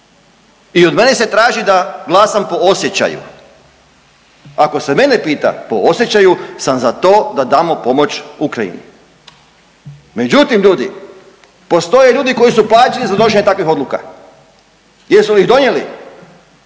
i od mene se traži da glasam po osjećaju. Ako se mene pita, po osjećaju sam za to da damo pomoć Ukrajini. Međutim ljudi, postoje ljudi koji su plaćeni za donošenje takvih odluka. Jesu li ih donijeli?